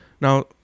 Now